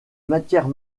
matière